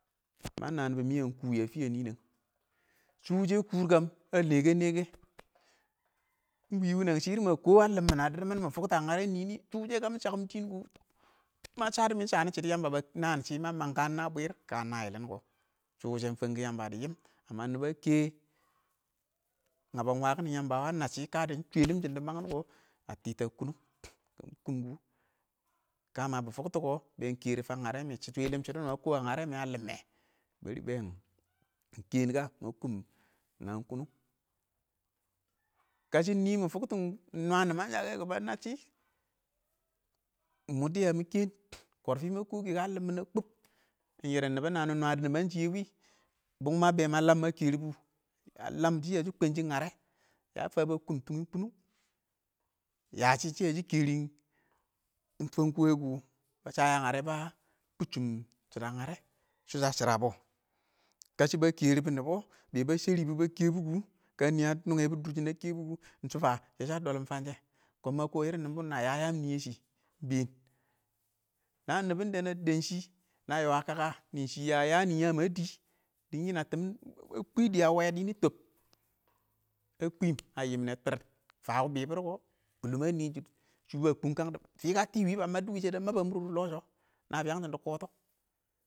Mə nənbʊ mɪn kɪwɪ ə fɪya nɪnɛng shʊ wɪshɛ kʊr kəm ə lɛ ɪng kən lɛ kɛ ɪng wɪ wɪnɛng shɪr mə kɔɔ ə lɪmb mɪn ə dɪr mɪn ɪng mʊ fʊktɔ ə ɪng nyərɛ nɪrɪ shɪ wʊshɛɪng ɪng kə mɪ shakkɪm shɪn kɔ ma shəddɔ mɪ shənɪ shɪdɔ yəmba bə nəən shɪ ma məng kən ɪng nə bwɪr kə nə yɪlɪn kɔ shʊ ɪng wɪshe ɪng fənkuwɪ yəmbə dɪ ɪng yɪm, nɪbə ə kɛ ngəbən ɪng wəkɪn ɪng yəmbə ɪng wə ə nəbshɪ kə ɪng shwɛlɪm shɪn dɪ məng kʊ ə tɪtə ə kʊnʊng, kamɪ kʊn kʊ, kəmə bɪ fʊktʊ kɔ, bɛn kərɪ fən ngərɛ mɪn shwɛ lɪm shɪdo wʊnɔ mə kɔɔm ə ɪn nyərɛ ə lɪmmɛ, bɛrɪ ɪng bɛɛn ɪng kɛɛn ɪng kə, mə kɔɔm ɪng nəə kʊnʊg, kashɪ nɪ mɪ fʊktɔ nwə nɪmən shə kɛ kʊ bə nəbshɪ ɪng mɔ dɪya mɪ kɛn ,korfɪ mə kɔ kʊ ɪng kə ə lɪmmmɪn yən kʊb kə, ɪng yɛrɛn ɪng nɪbʊ ɪng nəbɪ nwədʊ nɪməng shɪyɛ wɛ, bʊm mə bə ma lam mə kɛrɪbʊ,ə ləm shɪ yə shɪ kwənshɪn ngərɛ, ya fə bə kʊb tʊng ɪng kʊnʊng yəshɪ shɪ yə shɪ kɛrɪn, ɪng shɔ fən kʊwɪ kʊ ,bə shə yə ngərɛ bə kʊcchʊn shɪdɔ ə ngərɛ, sho shə shɪrəbɔ kashɪ ba kerbʊ nɪbɔ, bɛ bə shərɪ bɛ bə kɛbʊ kʊ,kə ɪng nɪ ə nʊngɛ bʊ dʊrshʊn ə kɛ bʊ kʊ,ɪng shɔ fə shɛ shə dəlɪm ɪng fən shɛ, kʊn mə kʊ nɪmbɪ nɪ shɛ nə yə yəəm nɪ yɛ shɪ, ɪng bɛɛn, nəən ɪng nɪbʊn dɛ nə dənə dɛm shɪ, nə yɔ ə kəkə nɪn shɪ ə yənɪ yəən ə dɪ dɪn yɪn ə tɪm nɪ kwɛ dɪ ə wɛ dɪnɪ tɔb ə kwɪm ə yɪ mɪnɛ tɪr ɪng fəm wɪɪn bɪbɪr kʊ lʊm ə nɪɪn shʊ shʊ bɛn kʊng kəng dɪ fɪkə tɪkɛ wɪɪn bə məb dʊ wɪɪ shɛdɛ ɪng məb ə mʊr lɔshɔ, ɪng nəbɪyəng shɪn dɪ kɔtɔ.